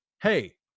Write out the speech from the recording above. hey